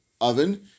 oven